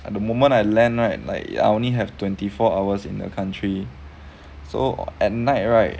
at the moment I land right like I only have twenty four hours in the country so at night right